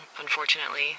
unfortunately